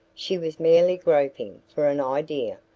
she was merely groping for an idea.